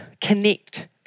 connect